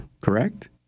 correct